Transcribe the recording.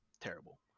terrible